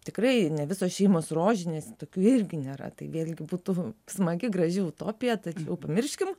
tikrai ne visos šeimos rožinės tokių irgi nėra tai vėlgi būtų smagi graži utopija tačiau pamirškime